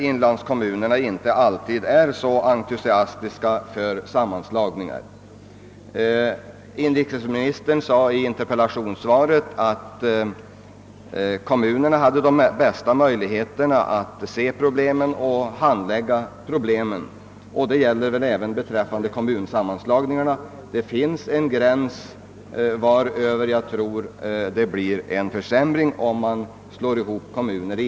Inlandskommunerna är inte alltid så entusiastiska för sammanslagningar. Inrikesministern sade i interpellationssvaret, att kommunerna hade de bästa möjligheterna att se problemen och handlägga dem. Det gäller väl även beträffande kommunsammanslagningarna. Om de nya kommunerna görs alltför stora, tror jag t.o.m. att en försämring i vissa fall kan inträda i förhållande till nuvarande läge.